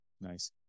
Nice